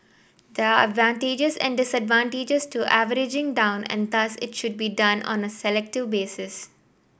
there are advantages and disadvantages to averaging down and thus it should be done on a selective basis